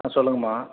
சொல்லுங்கம்மா